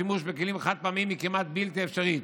שימו לב שכך כבר ציינתי את רוב האוכלוסיות בחברה הישראלית.